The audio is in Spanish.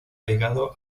ligado